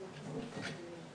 משפט אחרון.